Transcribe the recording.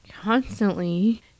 constantly